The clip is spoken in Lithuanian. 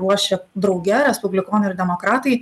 ruošė drauge respublikonai ir demokratai